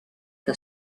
que